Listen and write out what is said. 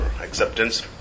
acceptance